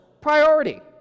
priority